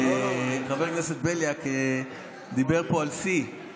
חבר הכנסת בליאק דיבר על שיא,